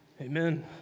Amen